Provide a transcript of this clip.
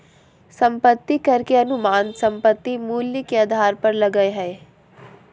संपत्ति कर के अनुमान संपत्ति मूल्य के आधार पर लगय हइ